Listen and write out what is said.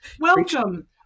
Welcome